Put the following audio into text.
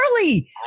early